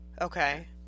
Okay